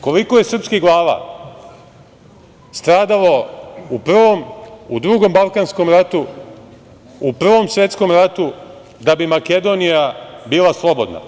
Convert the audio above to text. Koliko je srpskih glava stradalo u Prvom, u Drugom balkanskom ratu, u Prvom svetskom ratu da bi Makedonija bila slobodna?